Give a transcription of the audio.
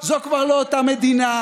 זו כבר לא אותה מדינה,